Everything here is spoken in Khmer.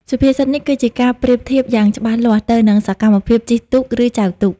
សុភាសិតនេះគឺជាការប្រៀបធៀបយ៉ាងច្បាស់លាស់ទៅនឹងសកម្មភាពជិះទូក ឬចែវទូក។